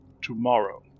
tomorrow